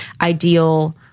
ideal